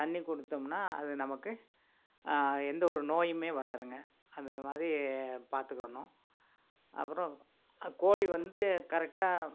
தண்ணி கொடுத்தம்னா அது நமக்கு எந்த ஒரு நோயுமே வராதுங்க அதுமாதிரி பார்த்துக்குறணும் அப்பறம் கோழி வந்து கரெக்டாக